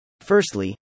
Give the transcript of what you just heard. Firstly